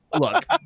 look